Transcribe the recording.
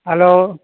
hello